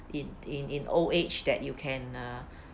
in in in old age that you can uh